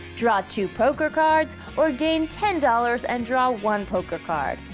draw two poker cards or gain ten dollars and draw one poker card.